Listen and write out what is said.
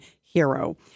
hero